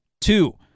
Two